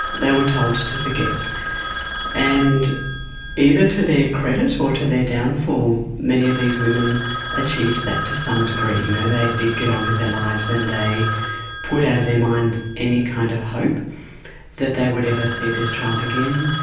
they were told to forget and either to their credit or to their downfall, many of these women achieved that to some degree you know, they did get on with their lives and they put out of their mind any kind of hope that they would ever see this child again,